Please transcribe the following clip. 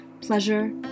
Pleasure